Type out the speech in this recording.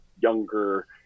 younger